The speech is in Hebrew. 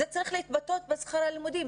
זה צריך להתבטא בשכר הלימודים.